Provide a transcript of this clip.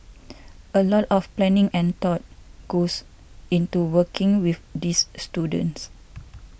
a lot of planning and thought goes into working with these students